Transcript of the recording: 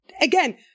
again